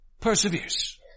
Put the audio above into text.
perseveres